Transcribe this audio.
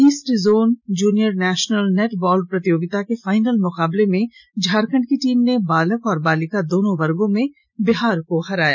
east zone junior national netball प्रतियोगिता के final मुकाबले में झारखंड की टीम ने बालक और बालिका दोनों वर्गों में बिहार को हराया